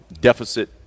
deficit